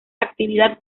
actividad